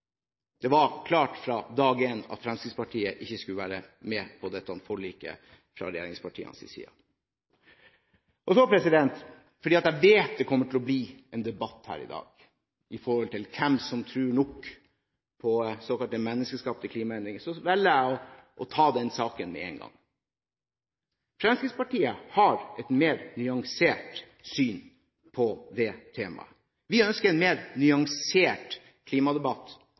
Det var klart fra dag én fra regjeringspartienes side at Fremskrittspartiet ikke skulle være med på dette forliket. Fordi jeg vet det kommer til å bli en debatt her i dag om hvem som tror nok på såkalt menneskeskapte klimaendringer, velger jeg å ta den saken med en gang. Fremskrittspartiet har et mer nyansert syn på det temaet. Vi ønsker en mer nyansert klimadebatt,